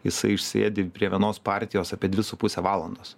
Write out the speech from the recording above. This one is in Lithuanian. jisai išsėdi prie vienos partijos apie dvi su puse valandos